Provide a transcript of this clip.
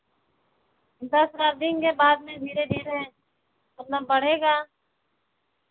दस हज़ार देंगे बाद में धीरे धीरे अपना बढ़ेगा